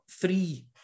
three